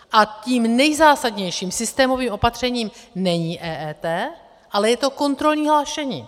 A tím nejzásadnějším systémovým opatřením není EET, ale je to kontrolní hlášení.